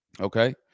Okay